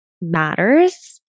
matters